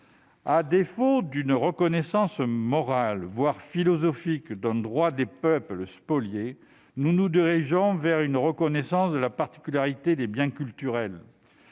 À défaut de la reconnaissance morale, voire philosophique, d'un droit des peuples spoliés, nous nous dirigeons vers une reconnaissance de la particularité des biens culturels.